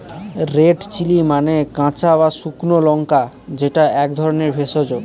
red chilli মানে কাঁচা বা শুকনো লঙ্কা যেটা এক ধরনের ভেষজ